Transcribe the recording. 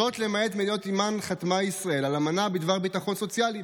זאת למעט מדינות שעימן חתמה ישראל על אמנה בדבר ביטחון סוציאלי.